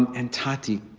and and totti,